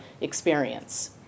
experience